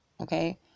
Okay